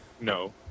no